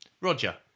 Roger